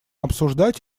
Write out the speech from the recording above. обсуждать